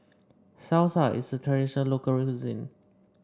Salsa is a traditional local cuisine